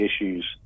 issues